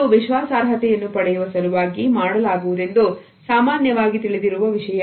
ಇದು ವಿಶ್ವಾಸಾರ್ಹತೆಯನ್ನು ಪಡೆಯುವ ಸಲುವಾಗಿ ಮಾಡಲಾಗುವುದೆಂದು ಸಾಮಾನ್ಯವಾಗಿ ತಿಳಿದಿರುವ ವಿಷಯ